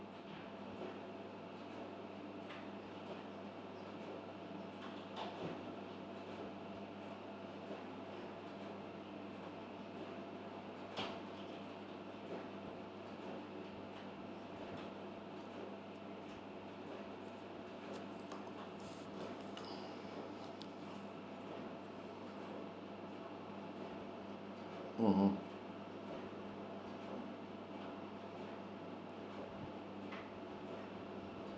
mm hmm